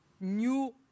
new